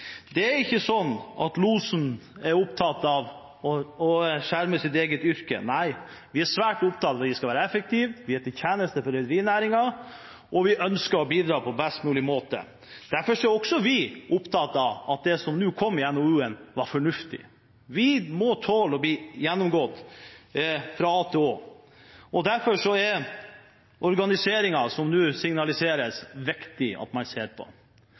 Det er ikke slik at losen er opptatt av å skjerme sitt eget yrke. Nei, vi er svært opptatt av at vi skal være effektive, vi står til tjeneste for rederinæringen og vi ønsker å bidra på best mulig måte. Derfor er også vi opptatt av at det som nå kom gjennom NOU-en, var fornuftig. Vi må tåle å bli gjennomgått fra A til Å, og det er derfor viktig at man ser på